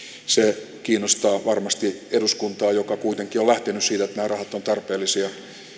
se kiinnostaa varmasti eduskuntaa joka kuitenkin on lähtenyt siitä että nämä rahat ovat tarpeellisia